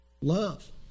Love